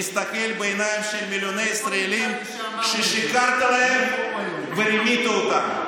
להסתכל בעיניים של מיליוני ישראלים ששיקרת להם ורימית אותם.